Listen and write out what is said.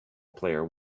player